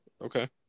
Okay